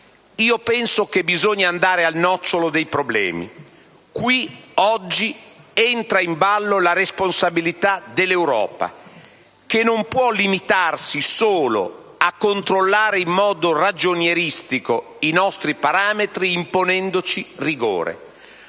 io penso che bisogna andare al nocciolo dei problemi. Qui, oggi, entra in ballo la responsabilità dell'Europa, che non può limitarsi solo a controllare in modo ragionieristico i nostri parametri imponendoci rigore.